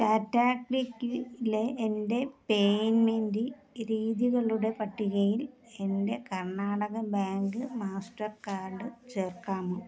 ടാറ്റാ ക്ലിക്കിലെ എൻ്റെ പേയ്മെന്റ് രീതികളുടെ പട്ടികയിൽ എൻ്റെ കർണാടക ബാങ്ക് മാസ്റ്റർകാർഡ് ചേർക്കാമോ